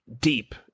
deep